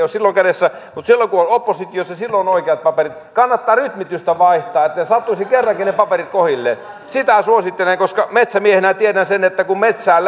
ole silloin kädessä mutta kun on oppositiossa silloin on oikeat paperit kannattaa rytmitystä vaihtaa jos sattuisivat kerrankin ne paperit kohdilleen sitä suosittelen koska metsämiehenä tiedän sen että kun metsään